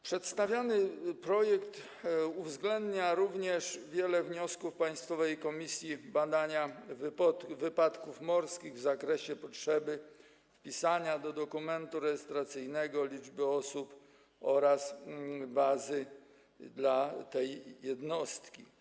Przedstawiany projekt uwzględnia również wiele wniosków Państwowej Komisji Badania Wypadków Morskich w zakresie potrzeby wpisania do dokumentu rejestracyjnego liczby osób na tej jednostce oraz jej bazy.